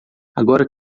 agora